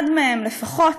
אחד מהם לפחות,